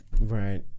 Right